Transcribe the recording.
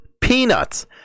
Peanuts